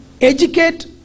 educate